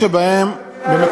שם יש הפרדה בין דת ומדינה.